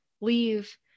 leave